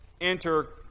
enter